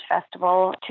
Festival